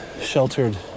sheltered